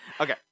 Okay